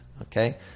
Okay